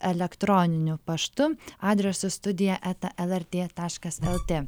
elektroniniu paštu adresu studija eta lrt taškas lt